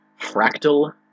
Fractal